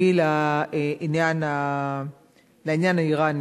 והיא לעניין האירני.